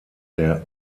der